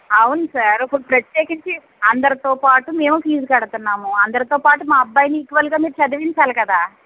అవును సార్ ఇప్పుడు ప్రత్యేకించి అందరితో పాటు మేము ఫీజ్ కడతన్నాము అందరితోపాటు మా అబ్బాయిని ఈక్వల్గా మీరు చదివించాలి కదా